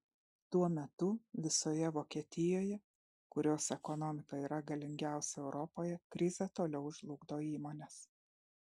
tuo metu visoje vokietijoje kurios ekonomika yra galingiausia europoje krizė toliau žlugdo įmones